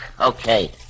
okay